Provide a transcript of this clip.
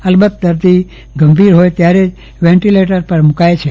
અલબત્ત દર્દી ગંભીર હોય ત્યારે જ વેન્ટીલેટર પર મુકાય છે